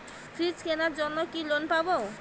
Fridge কেনার জন্য কি লোন পাব?